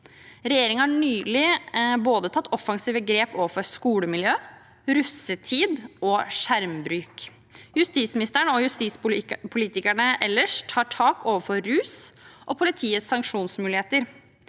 Regjeringen har nylig tatt offensive grep når det gjelder både skolemiljø, russetid og skjermbruk. Justisministeren og justispolitikerne ellers tar tak i rus og politiets sanksjonsmuligheter.